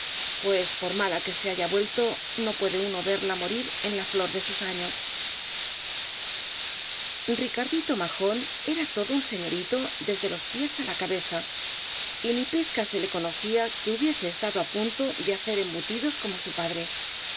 pues por mala que se haya vuelto no puede uno verla morir en la flor de sus años el caballero de las botas azules ricardito majón era todo un señorito desde los pies á la cabeza y ni pizca se le conocía que hubiese estado á punto de hacer embutidos como su padre